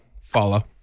follow